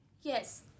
Yes